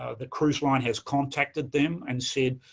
ah the cruise line has contacted them and said,